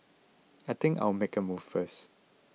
I think I'll make a move first